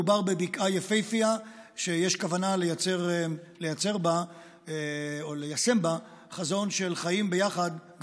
מדובר בבקעה יפהפייה שיש כוונה לייצר בה או ליישם בה חזון של חיים ביחד,